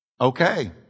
okay